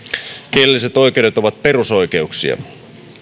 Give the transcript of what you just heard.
kielelliset oikeudet ovat perusoikeuksia